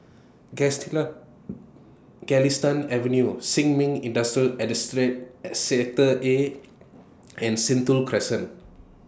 Galistan Avenue Sin Ming Industrial Sector A and Sentul Crescent